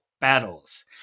battles